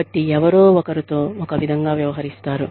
కాబట్టి ఎవరో ఒకరు తో ఒక విధంగా వ్యవహరిస్తారు